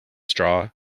straw